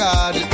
God